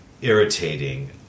irritating